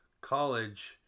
college